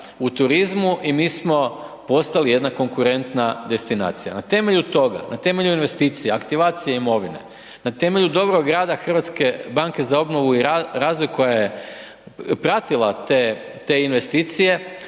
u turizmu i mi smo postali jedna konkurentna destinacija. Na temelju toga, na temelju investicija, aktivacija imovine, na temelju dobrog rada HBOR-a koja je pratila te investicije,